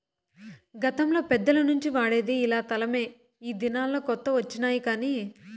గతంలో పెద్దల నుంచి వాడేది ఇలా తలమే ఈ దినాల్లో కొత్త వచ్చినాయి కానీ